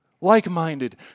like-minded